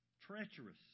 treacherous